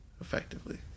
effectively